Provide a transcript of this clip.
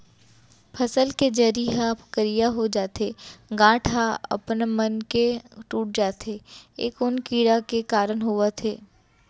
फसल के जरी ह करिया हो जाथे, गांठ ह अपनमन के टूट जाथे ए कोन कीड़ा के कारण होवत हे?